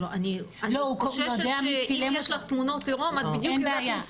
אני חוששת שאם יש לך תמונות עירום את בדיוק יודעת מי צילם.